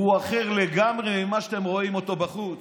והוא אחר לגמרי ממה שאתם רואים אותו בחוץ.